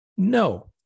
No